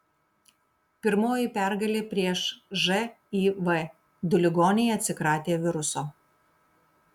pirmoji pergalė prieš živ du ligoniai atsikratė viruso